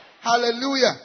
Hallelujah